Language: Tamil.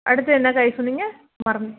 அடுத்து என்ன காய் சொன்னிங்க மறந்து